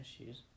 issues